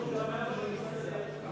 בבקשה.